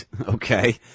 Okay